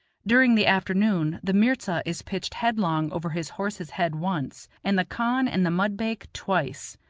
during the afternoon the mirza is pitched headlong over his horse's head once, and the khan and the mudbake twice.